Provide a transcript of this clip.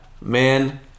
man